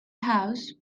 house